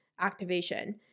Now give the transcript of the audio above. activation